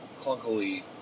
clunkily